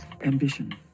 ambition